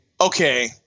okay